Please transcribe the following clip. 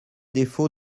défaut